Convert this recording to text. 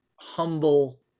humble